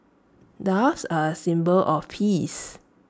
doves are A symbol of peace